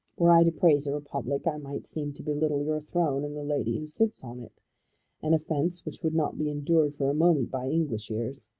were i to praise a republic i might seem to belittle your throne and the lady who sits on it an offence which would not be endured for a moment by english ears.